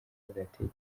agatege